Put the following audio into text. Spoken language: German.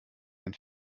ein